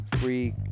Free